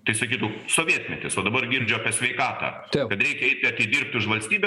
tai sakytų sovietmetis o dabar girdžiu apie sveikatą kad reikia eiti atidirbti už valstybę